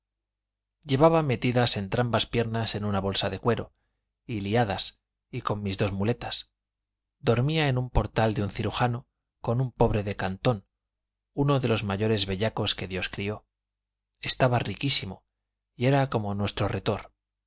llevaba metidas entrambas piernas en una bolsa de cuero y liadas y mis dos muletas dormía en un portal de un cirujano con un pobre de cantón uno de los mayores bellacos que dios crió estaba riquísimo y era como nuestro retor